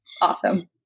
Awesome